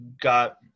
Got